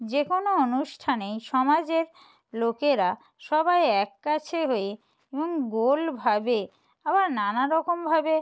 যে কোনো অনুষ্ঠানেই সমাজের লোকেরা সবাই এক কাছে হয়ে এবং গোলভাবে আবার নানারকমভাবে